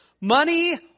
Money